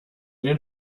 den